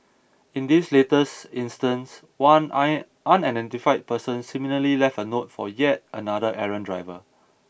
in this latest instance one unidentified person similarly left a note for yet another errant driver